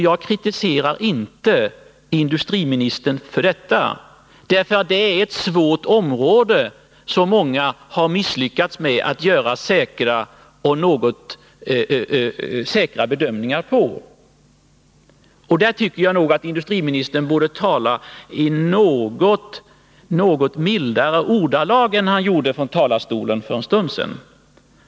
Jag kritiserar inte industriministern för detta. Det här är ett svårt område, där många har misslyckats med att göra säkra bedömningar. Men jag tycker nog att industriministern borde tala i något mildare ordalag än han använde från talarstolen för en stund sedan.